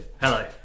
Hello